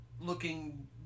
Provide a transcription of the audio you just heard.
looking